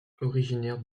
originaire